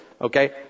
Okay